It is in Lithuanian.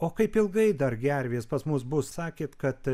o kaip ilgai dar gervės pas mus bus sakėt kad